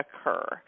occur